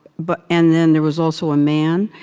but and then there was also a man,